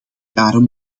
jaren